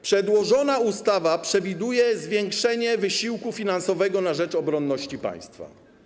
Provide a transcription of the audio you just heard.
Przedłożona ustawa przewiduje zwiększenie wysiłku finansowego na rzecz obronności państwa.